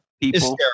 people